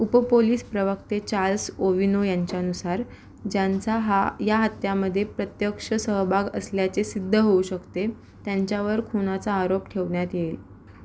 उपपोलीस प्रवक्ते Charles Owino यांच्यानुसार ज्यांचा हा या हत्येमध्ये प्रत्यक्ष सहभाग असल्याचे सिद्ध होऊ शकते त्यांच्यावर खुनाचा आरोप ठेवण्यात येईल